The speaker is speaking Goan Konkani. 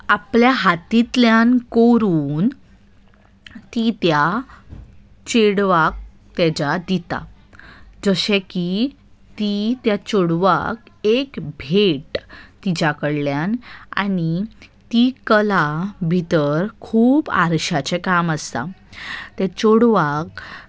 आपल्या हातांतल्यान करून ती त्या चेडवाक ताच्या दिता जशें की ती त्या चेडवाक एक भेट तिच्या कडल्यान आनी ती कला भितर खूब आरश्याचें काम आसता ते चेडवाक